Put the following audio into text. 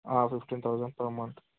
fifteen thousand per month